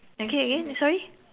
again again sorry